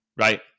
right